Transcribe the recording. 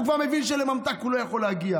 הוא כבר מבין שלממתק הוא לא יכול להגיע,